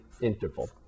interval